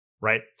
right